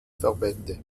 verbände